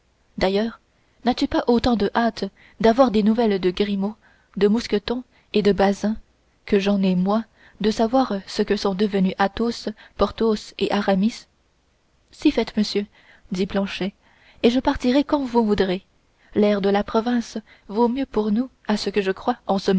d'ailleurs n'as-tu pas autant de hâte d'avoir des nouvelles de grimaud de mousqueton et de bazin que j'en ai moi de savoir ce que sont devenus athos porthos et aramis si fait monsieur dit planchet et je partirai quand vous voudrez l'air de la province vaut mieux pour nous à ce que je crois